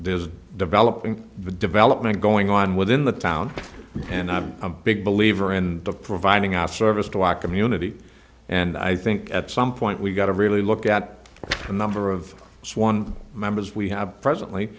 there is developing the development going on within the town and i'm a big believer in the providing of service to walk community and i think at some point we've got to really look at the number of one members we have presently